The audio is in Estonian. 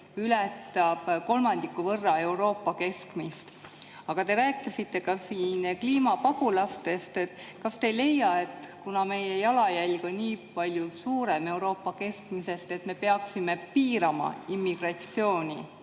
ületab kolmandiku võrra Euroopa keskmist. Te rääkisite siin ka kliimapagulastest. Kas te ei leia, et kuna meie jalajälg on nii palju suurem Euroopa keskmisest, siis me peaksime piirama immigratsiooni